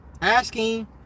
asking